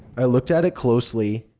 i looked at it closely.